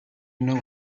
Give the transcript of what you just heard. know